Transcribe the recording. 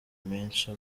menshi